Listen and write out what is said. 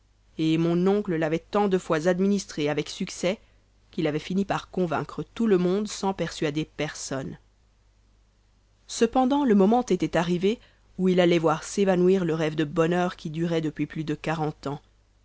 et mon oncle l'avait tant de fois administré avec succès qu'il avait fini par convaincre tout le monde sans persuader personne cependant le moment était arrivé où il allait voir s'évanouir le rêve de bonheur qui durait depuis plus de quarante ans